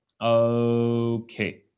Okay